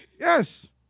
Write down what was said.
Yes